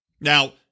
Now